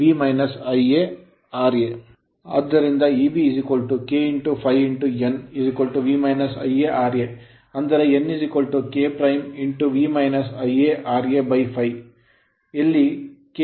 ಆದ್ದರಿಂದ Eb K ∅ n V Ia ra ಅಂದರೆ n K V Ia ra ∅ ಎಲ್ಲಿ K 1 K